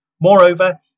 Moreover